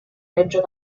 reggio